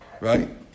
right